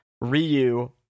Ryu